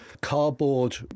Cardboard